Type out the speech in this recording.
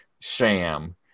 sham